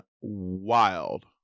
wild